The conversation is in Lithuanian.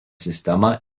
sistema